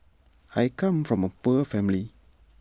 I come from A poor family